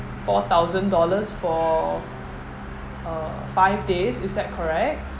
four thousand dollars for uh five days is that correct